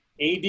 AD